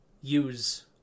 use